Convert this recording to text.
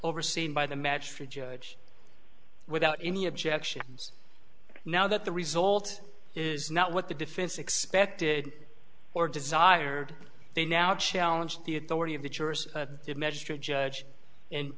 overseen by the magistrate judge without any objections now that the result is not what the defense expected or desired they now challenge the authority of the jurors did mr judge and